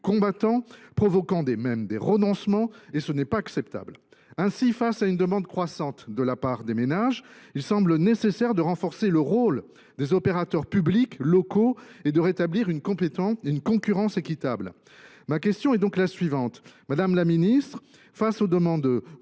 combattant, provoquant même des renoncements. Ce n’est pas acceptable. Ainsi, face à une demande croissante de la part des ménages, il semble nécessaire de renforcer le rôle des opérateurs publics locaux et de rétablir une concurrence équitable. Ma question est donc la suivante : madame la ministre, face aux demandes